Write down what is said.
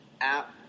app